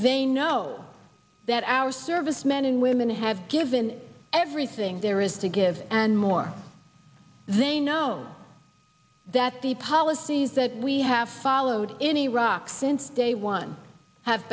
they know that our servicemen and women have given everything there is to give and more they know that the policies that we have followed in iraq since day one have